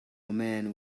man